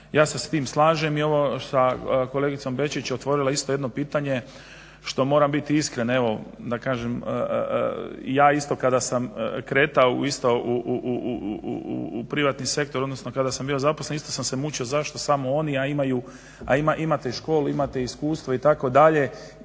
Ja se s tim slažem. I ovo sa kolegicom Benčić otvorila isto jedno pitanje što moram biti iskren da kažem i ja isto kada sam kretao isto u privatni sektor, odnosno kada sam bio zaposlen isto sam se mučio zašto samo oni a imate i školu i iskustvo itd.